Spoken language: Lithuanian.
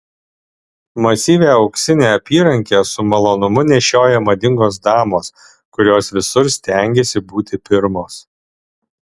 masyvią auksinę apyrankę su malonumu nešioja madingos damos kurios visur stengiasi būti pirmos